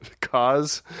cause